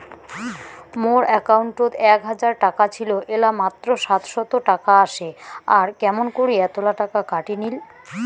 মোর একাউন্টত এক হাজার টাকা ছিল এলা মাত্র সাতশত টাকা আসে আর কেমন করি এতলা টাকা কাটি নিল?